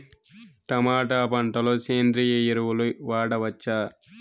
Tomato పంట లో సేంద్రియ ఎరువులు వాడవచ్చా?